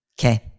Okay